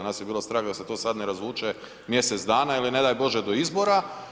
Nas je bilo strah da se to sad ne razvuče mjesec dana ili ne daj Bože do izbora.